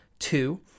Two